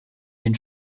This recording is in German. den